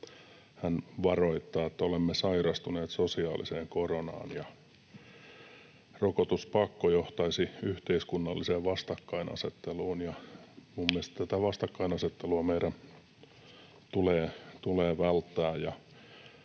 hän varoittaa, että olemme sairastuneet sosiaaliseen koronaan ja rokotuspakko johtaisi yhteiskunnalliseen vastakkainasetteluun. Minun mielestäni tätä vastakkainasettelua meidän tulee välttää,